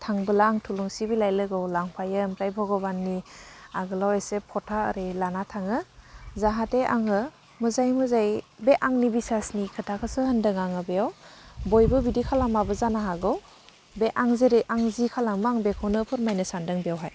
थांबोला आं थुलुंसि बिलाइ लोगोयाव लांफायो ओमफ्राय भग'बाननि आगोलाव एसे फोथा आरि लाना थाङो जाहाथे आङो मोजाङै मोजाङै बे आंनि बिसासनि खोथाखौसो होनदों आङो बेयाव बयबो बिदि खालामाबो जानो हागौ बे आं जेरै आं जि खालामो आं बेखौनो फोरमायनो सानदों बेवहाय